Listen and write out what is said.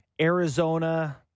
Arizona